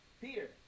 Peter